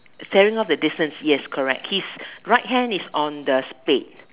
staring off the distance his right hand is on the spade